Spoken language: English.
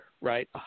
right